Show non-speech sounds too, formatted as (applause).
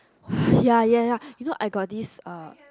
(breath) ya ya ya you know I got this uh